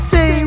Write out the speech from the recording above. Say